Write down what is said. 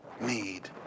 need